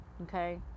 Okay